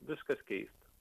viskas keista